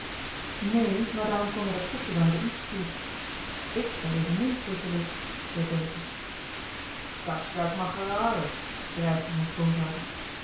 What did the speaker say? neen maar daarom kon hij dat stukje wel hebben ingestuurd ik ben evenmin socialist zei berkie da's j'auk m'ar geraje dreigde zijn